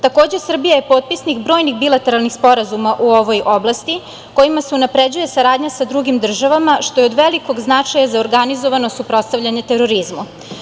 Takođe, Srbija je potpisnik brojnih bilateralnih sporazuma u ovoj oblasti kojima se unapređuje saradnja sa drugim državama, što je od velikog značaja za organizovano suprotstavljanje terorizmu.